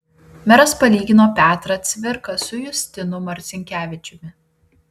meras palygino petrą cvirką su justinu marcinkevičiumi